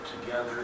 together